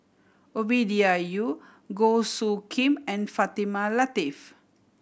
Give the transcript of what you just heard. Ovidia Yu Goh Soo Khim and Fatimah Lateef